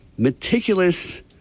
meticulous